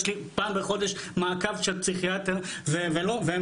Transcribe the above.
יש לי פעם בחודש מעקב של פסיכיאטר והם